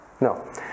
No